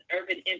Urban